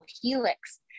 Helix